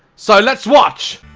so let's watch